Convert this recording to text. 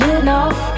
enough